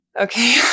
Okay